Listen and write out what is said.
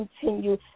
continue